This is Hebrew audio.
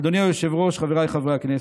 אדוני היושב-ראש, חבריי חברי הכנסת.